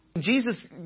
Jesus